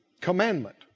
Commandment